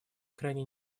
крайне